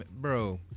bro